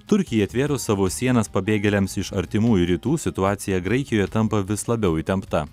turkijai atvėrus savo sienas pabėgėliams iš artimųjų rytų situacija graikijoje tampa vis labiau įtempta